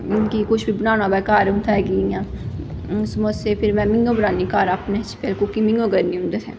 जियां कुछ बी बनाना होऐ घर उं'दे ते कि इ'यां समोसे फिर में में ई बनानी घर अपने फिर कुकिंग में ई करनी होन्नी